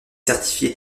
certifié